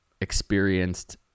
experienced